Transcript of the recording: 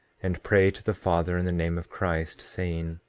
and pray to the father in the name of christ, saying